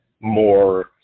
more